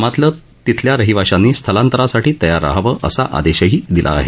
मात्र तिथल्या रहिवाशांनी स्थलांतरासाठी तयार रहावं असा खााराही दिला आहे